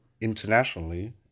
internationally